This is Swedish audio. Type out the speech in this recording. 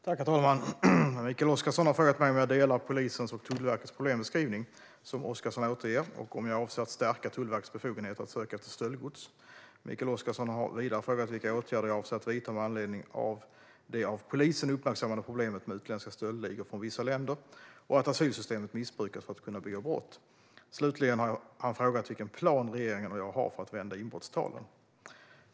Svar på interpellationer Herr talman! Mikael Oscarsson har frågat mig om jag delar polisens och Tullverkets problembeskrivning, som Oscarsson återger, och om jag avser att stärka Tullverkets befogenheter att söka efter stöldgods. Mikael Oscarsson har vidare frågat vilka åtgärder jag avser att vidta med anledning av det av polisen uppmärksammade problemet med utländska stöldligor från vissa länder och att asylsystemet missbrukas för att kunna begå brott. Slutligen har han frågat vilken plan regeringen och jag har för att vända inbrottstalen.